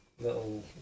little